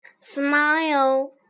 Smile